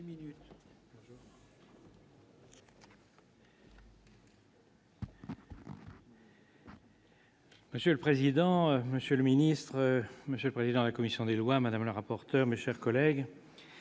Monsieur le président, Monsieur le Ministre, Monsieur le président, la commission des lois Madame le rapporteur, mes chers collègues,